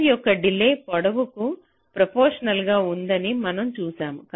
wire యొక్క delay పొడవుకు ప్రొఫెషనల్గా ఉందని మనం చూశాము